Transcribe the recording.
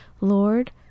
Lord